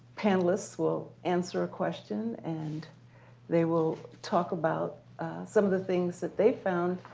panelists will answer a question. and they will talk about some of the things that they've found.